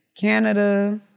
Canada